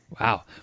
Wow